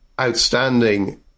outstanding